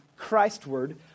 Christward